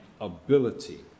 ability